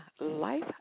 life